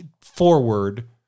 forward